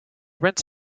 rents